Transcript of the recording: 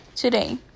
Today